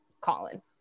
Colin